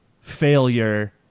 failure